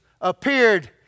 appeared